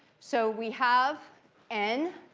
so we have n,